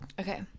Okay